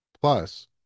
Plus